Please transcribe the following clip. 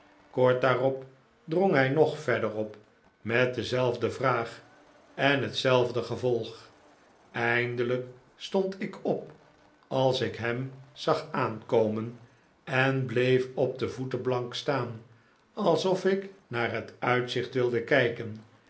kort daarop drong hij nog verder op met dezelfde vraag en hetzelfde gevolg eindelijk stond ik op als ik hem zag aahkomen en bleef op de voetenplank staan alsof ik naar net uitzicht wilde kijken